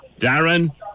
Darren